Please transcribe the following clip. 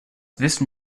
wissen